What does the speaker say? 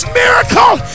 miracle